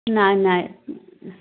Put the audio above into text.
नाही नाही